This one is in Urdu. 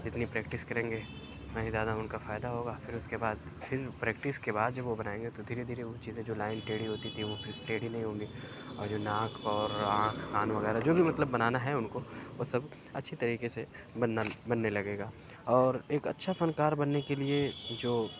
جتنی پریکٹس کریں گے اتنا ہی زیادہ اُن کا فائدہ ہوگا پھر اُس کے بعد پھر پریکٹس کے بعد جب وہ بنائیں گے تو دھیرے دھیرے وہ چیزیں جو لائن ٹیڑھی ہوتی تھیں پھر وہ ٹیڑھی نہیں ہوں گی اور جو ناک اور آنکھ کان وغیرہ جو بھی مطلب بنانا ہے اُن کو وہ سب اچھی طریقے سے بننا بننے لگے گا اور ایک اچھا فنکار بننے کے لیے جو